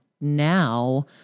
now